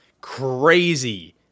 crazy